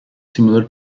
similar